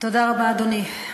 תודה רבה, אדוני.